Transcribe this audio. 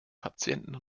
patienten